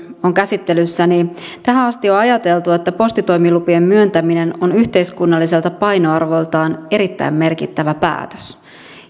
on käsittelyssä niin tähän asti on ajateltu että postitoimilupien myöntäminen on yhteiskunnalliselta painoarvoltaan erittäin merkittävä päätös